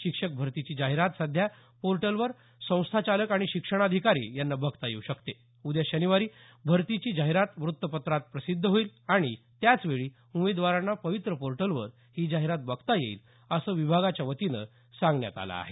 शिक्षक भरतीची जाहिराती सध्या पोर्टलवर संस्थाचालक आणि शिक्षणाधिकारी यांना बघता येऊ शकते उद्या शनिवारी भरतीची जाहिराती व्त्तपत्रात प्रसिद्ध होईल आणि त्याचवेळी उमेदवारांना पवित्र पोर्टलवर ही जाहिराती बघता येईल असं विभागाच्यावतीनं सांगण्यात आलं आहे